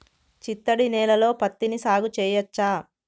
చిత్తడి నేలలో పత్తిని సాగు చేయచ్చా?